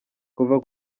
kuva